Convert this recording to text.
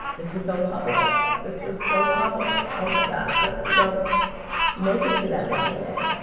this was so public this was so public. oh my gosh what if we don't make it to that wedding day.